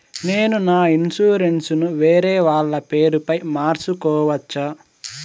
నేను నా ఇన్సూరెన్సు ను వేరేవాళ్ల పేరుపై మార్సుకోవచ్చా?